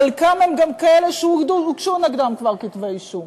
חלקם הם גם כאלה שכבר הוגשו נגדם כתבי-אישום.